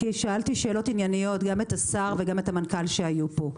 כי שאלתי שאלות ענייניות גם את השר וגם את המנכ"ל שהיו פה.